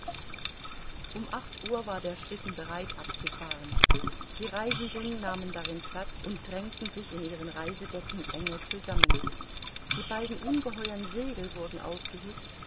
um acht uhr war der schlitten bereit abzufahren die reisenden nahmen darin platz und drängten sich in ihren reisedecken enge zusammen die beiden ungeheuern segel wurden aufgehißt